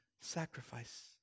sacrifice